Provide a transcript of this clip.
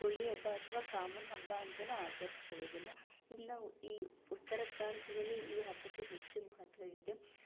ಹೋಳಿ ಹಬ್ಬ ಅಥವಾ ಕಾಮನ ಹಬ್ಬ ಅಂತನೂ ಆಚರಿಸ್ತೀವಿದನ್ನು ಇದು ನಾವು ಈ ಉತ್ತರ ಭಾರತದಲ್ಲಿ ಈ ಹಬ್ಬಕ್ಕೆ ಹೆಚ್ಚು ಮಹತ್ವ ಇದೆ